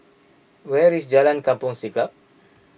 where is Jalan Kampong Siglap